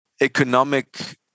economic